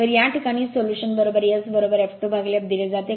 तर या प्रकरणात सोल्यूशन Sf2f दिले जाते